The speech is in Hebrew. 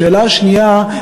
השאלה השנייה,